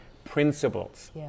principles